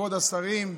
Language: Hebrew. כבוד השרים,